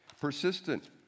persistent